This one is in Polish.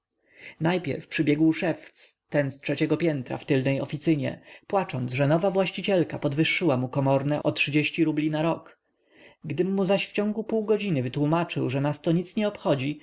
najpierwiej przybiegł szewc ten z trzeciego piętra w tylnej oficynie płacząc że nowa właścicielka podwyższyła mu komorne o trzydzieści rubli na rok gdym mu zaś wciągu półgodziny wytłómaczył że nas to nic nie obchodzi